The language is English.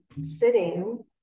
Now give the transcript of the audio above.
sitting